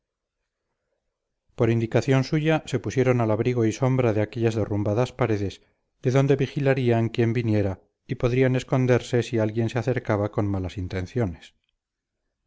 por indicación suya se pusieron al abrigo y sombra de aquellas derrumbadas paredes de donde vigilarían quién viniera y podrían esconderse si alguien se acercaba con malas intenciones